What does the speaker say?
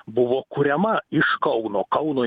buvo kuriama iš kauno kauno